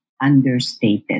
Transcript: understated